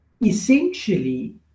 essentially